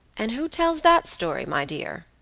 and who tells that story, my dear?